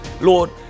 Lord